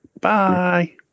Bye